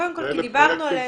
דיברנו עליהם.